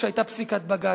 כשהיתה פסיקת בג"ץ.